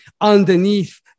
underneath